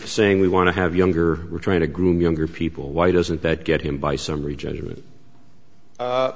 saying we want to have younger we're trying to groom younger people why doesn't that get him by s